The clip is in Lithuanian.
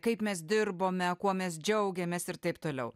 kaip mes dirbome kuo mes džiaugiamės ir taip toliau